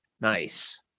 nice